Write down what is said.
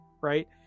right